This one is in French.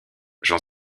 j’en